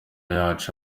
yacu